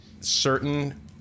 certain